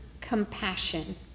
compassion